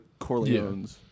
Corleones